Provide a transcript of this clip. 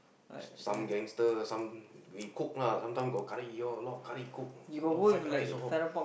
some gangster some we cook lah sometime got curry all a lot of curry cook a lot of fried rice also